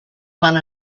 one